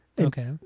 Okay